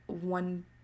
one